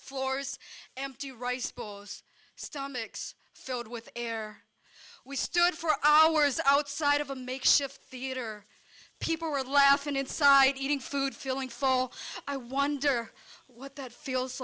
floors empty rice bowls stomachs filled with air we stood for hours outside of a makeshift theater people were laughing inside eating food feeling full i wonder what that feels